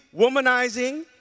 womanizing